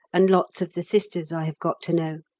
and lots of the sisters i have got to know.